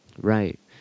right